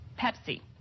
Pepsi